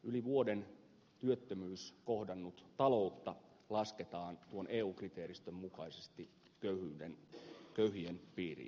yli vuoden työttömyyden kohdannut talous lasketaan tuon eu kriteeristön mukaisesti köyhien piiriin